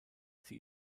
sie